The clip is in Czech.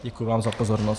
Děkuji vám za pozornost.